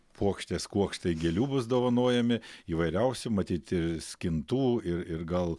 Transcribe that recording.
puokštės kuokštai gėlių bus dovanojami įvairiausi matyt ir skintų ir ir gal